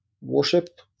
worship